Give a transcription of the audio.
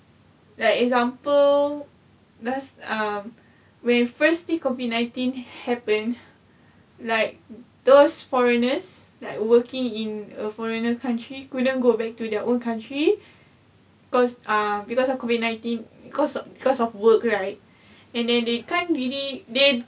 like example does uh when first week COVID nineteen happened like those foreigners like working in a foreigner country couldn't go back to their own country cause uh because of COVID nineteen cause cause of work right and then they can't really they